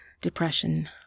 depression